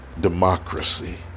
democracy